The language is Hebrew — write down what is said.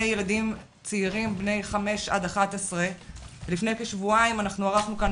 ילדים צעירים בני 5-11. לפני כשבועיים ערכנו כאן,